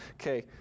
okay